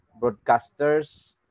broadcasters